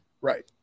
Right